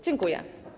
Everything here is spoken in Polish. Dziękuję.